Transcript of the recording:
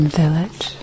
village